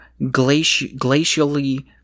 glacially